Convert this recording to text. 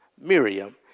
Miriam